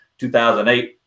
2008